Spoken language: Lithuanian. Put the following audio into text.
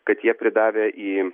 kad jie pridavę į